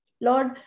Lord